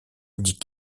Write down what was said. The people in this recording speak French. dit